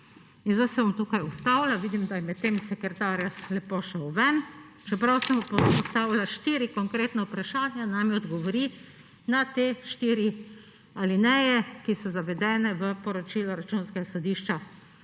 Zdaj se bom tukaj ustavila. Vidim, da je medtem sekretar lepo šel ven, čeprav sem mu postavila štiri konkretna vprašanja, naj mi odgovori na te štiri alineje, ki so zavedene v poročilu Računskega sodišča.